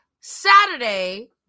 Saturday